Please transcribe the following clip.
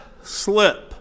slip